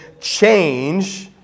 change